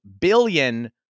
billion